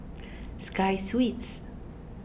Sky Suites